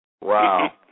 Wow